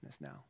now